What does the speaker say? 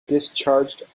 discharged